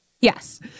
Yes